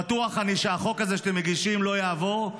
בטוח אני שהחוק הזה שאתם מגישים לא יעבור,